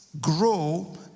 grow